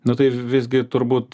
na tai visgi turbūt